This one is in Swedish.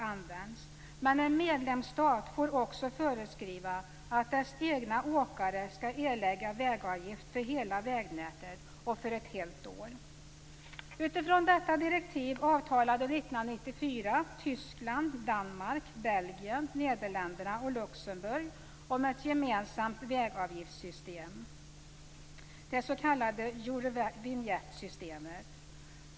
används, men en medlemsstat får också föreskriva att dess egna åkare skall erlägga vägavgift för hela vägnätet och för ett helt år. Danmark, Belgien, Nederländerna och Luxemburg om ett gemensamt vägavgiftssystem, det s.k. Eurovinjettsystemet.